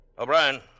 O'Brien